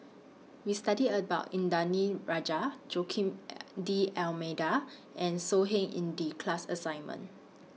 We studied about Indranee Rajah Joaquim D'almeida and So Heng in The class assignment